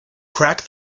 crack